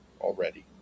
already